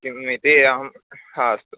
किम् इति अहं अस्तु